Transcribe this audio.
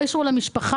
לא אישרו למשפחה,